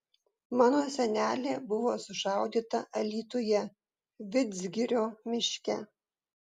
mano senelė buvo sušaudyta alytuje vidzgirio miške